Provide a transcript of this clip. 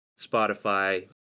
spotify